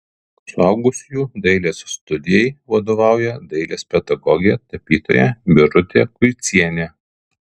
suaugusiųjų dailės studijai vadovauja dailės pedagogė tapytoja birutė kuicienė